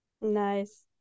nice